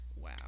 Wow